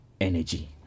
energy